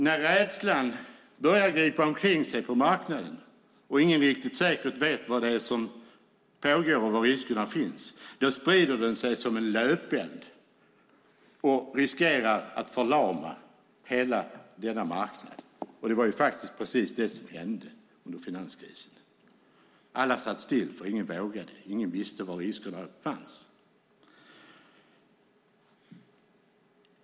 När rädslan börjar gripa tag i marknaden och ingen riktigt säkert vet vad som pågår och var riskerna finns sprider den sig som en löpeld och riskerar att förlama hela marknaden. Det var precis vad som hände under finanskrisen. Alla satt still därför att ingen vågade och ingen visste var riskerna fanns.